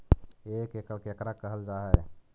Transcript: एक एकड़ केकरा कहल जा हइ?